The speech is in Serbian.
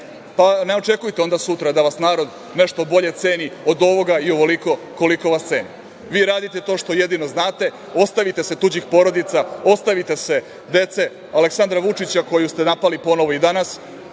pa ne očekujte onda sutra da vas narod nešto bolje ceni od ovoga i ovoliko koliko vas ceni. Vi radite to što jedino znate, ostavite se tuđih porodica, ostavite se dece Aleksandra Vučića koju ste napali ponovo i danas,